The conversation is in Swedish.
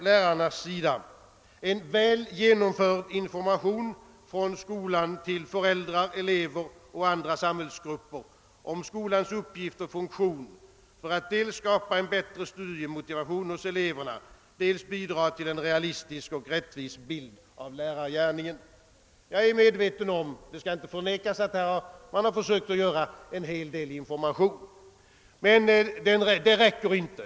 Lärarna Önskar en väl genomförd information från skolan till föräldrar, elever och andra samhällsgrupper om skolans uppgift och funktion, dels för att skapa en bättre studiemotivation hos eleverna, dels för att bidra till en realistisk och rättvis bild av lärargärningen. Det skall inte förnekas att man försökt lämna en hel del information, men den räcker inte.